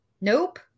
Nope